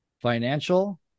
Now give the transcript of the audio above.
Financial